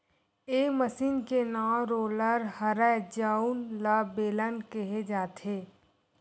ए मसीन के नांव रोलर हरय जउन ल बेलन केहे जाथे